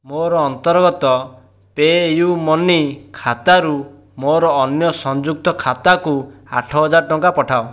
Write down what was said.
ମୋର ଅନ୍ତର୍ଗତ PayUmoney ଖାତାରୁ ମୋର ଅନ୍ୟ ସଂଯୁକ୍ତ ଖାତାକୁ ଆଠ ହଜାର ଟଙ୍କା ପଠାଅ